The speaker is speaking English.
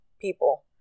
people